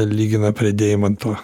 lygina prie deimanto